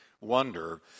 Wonder